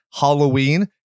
Halloween